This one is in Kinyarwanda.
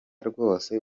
rwose